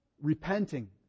repenting